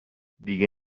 دیگه